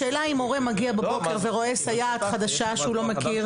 השאלה אם הורה מגיע בבוקר ורואה סייעת חדשה שהוא לא מכיר,